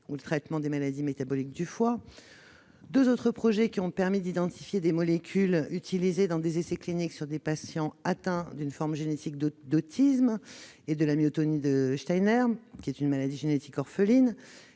ou le traitement des maladies métaboliques du foie. Je mentionnerai également deux projets, qui ont permis d'identifier des molécules utilisées dans des essais cliniques sur des patients atteints d'une forme génétique d'autisme et de la myotonie de Steinert, qui est une maladie génétique orpheline.